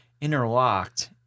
interlocked